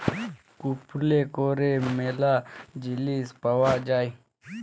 কুপলে ক্যরে ম্যালা জিলিস পাউয়া যায়